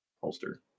holster